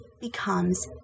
becomes